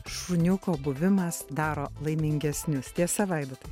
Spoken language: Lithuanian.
šuniuko buvimas daro laimingesnius tiesa vaidotai